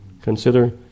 Consider